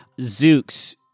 Zooks